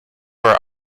our